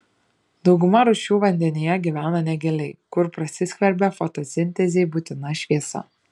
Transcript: dauguma rūšių vandenyje gyvena negiliai kur prasiskverbia fotosintezei būtina šviesa